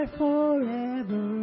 forever